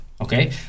Okay